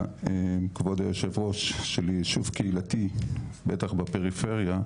כבוד יושב הראש אתה יודע שלישוב קהילתי בטח בפריפריה,